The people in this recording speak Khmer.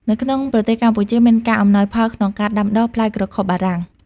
នៅក្នុងប្រទេសកម្ពុជាមានការ អំណោយផលក្នុងការដាំដុះ ផ្លែក្រខុបបារាំង។